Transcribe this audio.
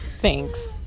Thanks